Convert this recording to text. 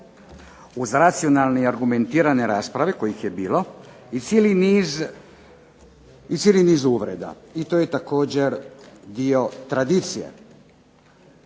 uz racionalne argumentirane rasprave kojih je bilo, i cijeli niz uvreda i to je također dio tradicije.